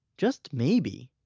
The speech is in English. just maybe,